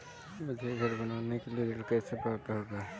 मुझे घर बनवाने के लिए ऋण कैसे प्राप्त होगा?